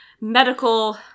medical